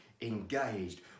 engaged